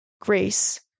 grace